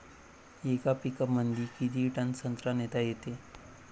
येका पिकअपमंदी किती टन संत्रा नेता येते?